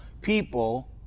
people